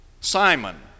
Simon